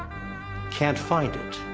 can't find it.